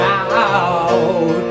out